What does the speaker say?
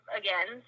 again